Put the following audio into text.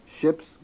Ships